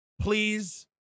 Please